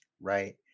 Right